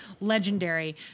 Legendary